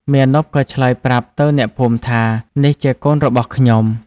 មាណពក៏ឆ្លើយប្រាប់ទៅអ្នកភូមិថា នេះជាកូនរបស់ខ្លួន។